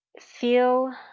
feel